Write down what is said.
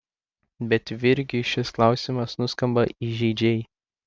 bet virgiui šis klausimas nuskamba įžeidžiai